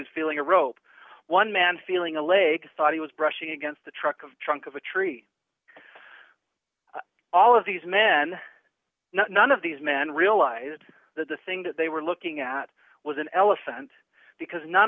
was feeling a rope one man feeling a leg thought he was brushing against the truck of the trunk of a tree all of these men none of these men realized that the thing that they were looking at was an elephant because none